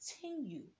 continue